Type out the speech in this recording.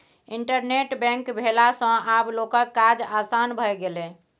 internet bank भेला सँ आब लोकक काज आसान भए गेलै